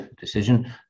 decision